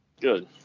Good